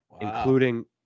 including